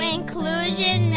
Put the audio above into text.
Inclusion